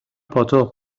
پاتق